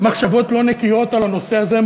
מחשבות לא נקיות על הנושא הזה,